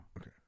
Okay